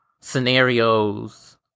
scenarios